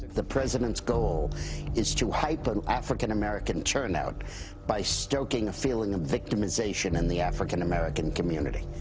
the president's goal is to heighten african-american turnout by stoking a feeling of victimization in the african-american community.